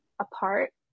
apart